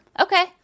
okay